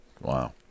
Wow